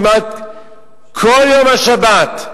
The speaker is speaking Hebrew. כמעט כל יום השבת,